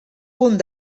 punt